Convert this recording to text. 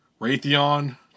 Raytheon